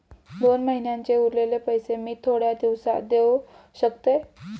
दोन महिन्यांचे उरलेले पैशे मी थोड्या दिवसा देव शकतय?